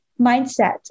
mindset